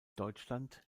deutschland